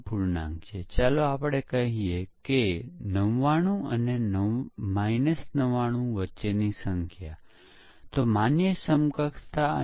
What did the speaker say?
ભૂલો ઘટાડવા માટે ઉપલબ્ધ વિવિધ તકનીકીઓ શું છે